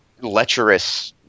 lecherous